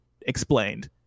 explained